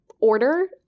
order